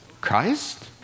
Christ